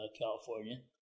California